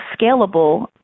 scalable